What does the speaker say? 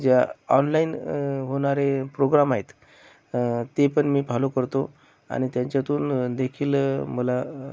ज्या ऑनलाईन होणारे प्रोग्राम आहेत ते पण मी फॉलो करतो आणि त्यांच्यातूनदेखील मला